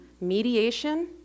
mediation